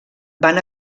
van